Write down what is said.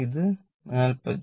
അത് 43